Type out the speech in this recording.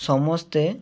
ସମସ୍ତେ